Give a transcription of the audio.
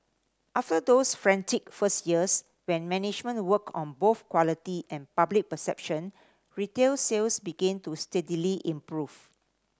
after those frantic first years when management worked on both quality and public perception retail sales began to steadily improve